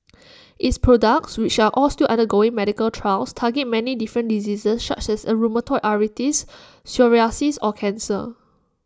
its products which are all still undergoing medical trials target many different diseases such as A rheumatoid arthritis psoriasis or cancer